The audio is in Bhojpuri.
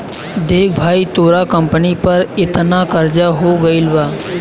देख भाई तोरा कंपनी पर एतना कर्जा हो गइल बा